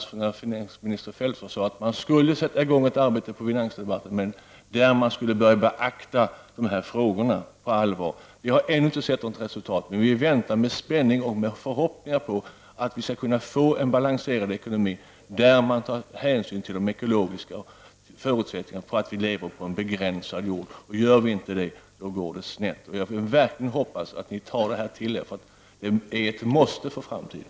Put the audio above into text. Det var finansminister Feldt som sade att man skulle sätta i gång ett arbete på finansdepartementet, där man skulle börja beakta de här frågorna på allvar. Vi har ännu inte sett något resultat, men vi väntar med spänning, och med förhoppningar, på att vi skall kunna få en balanserad ekonomi där man tar hänsyn till de ekologiska förutsättningarna för livet på en begränsad jord. Gör vi inte det, går det snett. Jag hoppas verkligen att ni tar det här till er, för det är ett måste för framtiden.